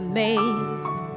Amazed